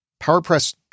PowerPress